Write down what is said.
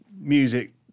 music